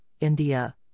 India